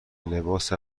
لباس